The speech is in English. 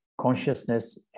Consciousness